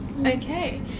okay